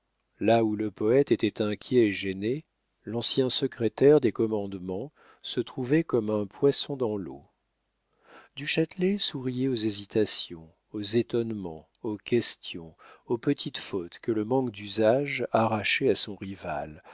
là où le poète était inquiet et gêné l'ancien secrétaire des commandements se trouvait comme un poisson dans l'eau du châtelet souriait aux hésitations aux étonnements aux questions aux petites fautes que le manque d'usage arrachait à son rival